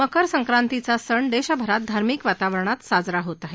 मकर संक्रांतीचा सण देशभरात धार्मिक वातावरणात साजरा होत आहे